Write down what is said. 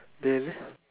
then